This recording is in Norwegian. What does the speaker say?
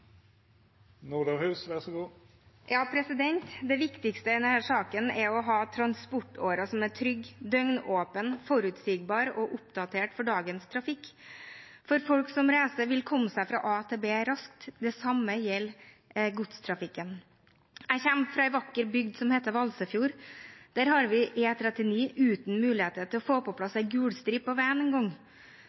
oppdatert for dagens trafikk, for folk som reiser, vil komme seg fra a til b raskt. Det samme gjelder godstrafikken. Jeg kommer fra en vakker bygd som heter Valsøyfjord. Der har vi E39 uten muligheter til å få på plass en gul stripe på veien